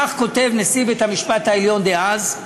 כך כותב נשיא בית המשפט העליון דאז,